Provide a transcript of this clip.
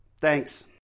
Thanks